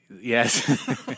Yes